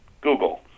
Google